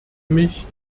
mich